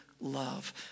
love